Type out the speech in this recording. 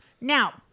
Now